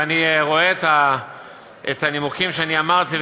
ואני רואה את הנימוקים שאני אמרתי,